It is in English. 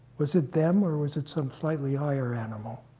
was it them or was it some slightly higher animal?